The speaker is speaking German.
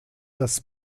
das